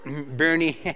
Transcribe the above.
Bernie